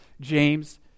James